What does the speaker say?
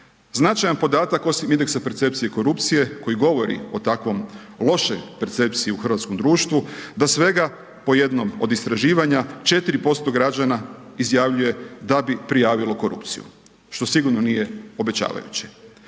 Značajan podatak osim indeksa percepcije korupcije, koji govori o takvoj lošoj percepciji u hrvatskom društvu, da svega po jedno od istraživanja 4% građana da bi prijavilo korupciju, što sigurno nije obećavajuće.